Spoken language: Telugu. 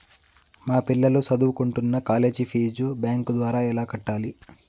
మా పిల్లలు సదువుకుంటున్న కాలేజీ ఫీజు బ్యాంకు ద్వారా ఎలా కట్టాలి?